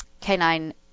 canine